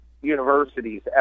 universities